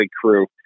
crew